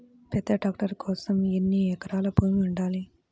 పెద్ద ట్రాక్టర్ కోసం ఎన్ని ఎకరాల భూమి ఉండాలి?